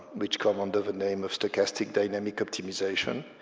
which come under the name of stochastic dynamic optimization,